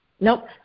Nope